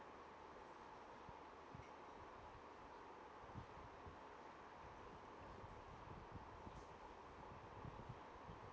oh oh